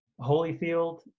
Holyfield